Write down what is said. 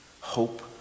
hope